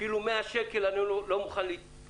אפילו על 100 שקל אני לא מוכן להתפשר,